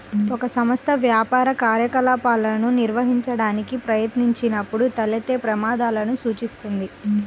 ఒక సంస్థ వ్యాపార కార్యకలాపాలను నిర్వహించడానికి ప్రయత్నించినప్పుడు తలెత్తే ప్రమాదాలను సూచిస్తుంది